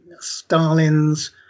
Stalin's